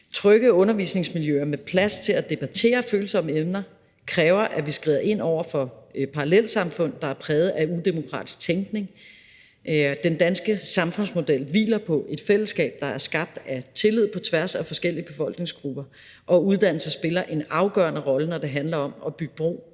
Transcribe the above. Trygge undervisningsmiljøer med plads til at debattere følsomme emner kræver, at vi skrider ind over for parallelsamfund, der er præget af udemokratisk tænkning. Den danske samfundsmodel hviler på et fællesskab, der er skabt af tillid på tværs af forskellige befolkningsgrupper, og uddannelse spiller en afgørende rolle, når det handler om at bygge bro